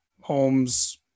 Holmes